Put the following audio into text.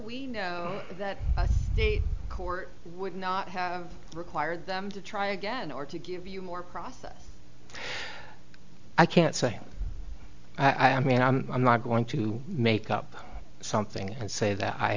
we know that the court would not have required them to try again or to give you more process i can't say i mean i'm i'm not going to make up something and say that i